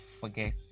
forget